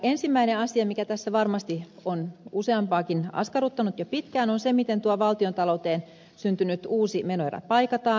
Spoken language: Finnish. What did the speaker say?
ensimmäinen asia mikä tässä varmasti on useampaakin askarruttanut jo pitkään on se miten tuo valtiontalouteen syntynyt uusi menoerä paikataan